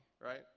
right